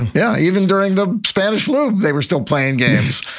yeah. even during the spanish flu, they were still playing games.